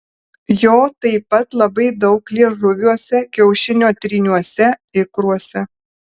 jo taip pat labai daug liežuviuose kiaušinio tryniuose ikruose